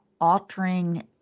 altering